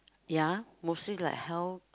ya mostly like health